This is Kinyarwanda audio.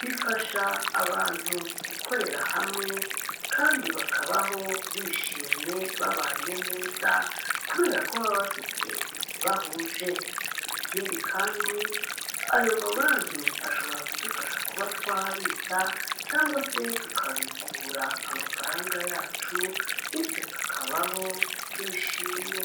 bifasha abantu gukorera hamwe kandi bakabaho bishimye babanye neza kubera ko baba bafite ikibahuje. Ikindi kandi ayo mabanki ashobora kudufasha kuba twabitsa cyangwa se tukabikura amafaranga yacu bityo tukabaho twishimye.